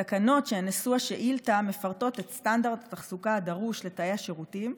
התקנות שהן נשוא השאילתה מפרטות את סטנדרט התחזוקה הדרוש לתאי השירותים,